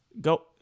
go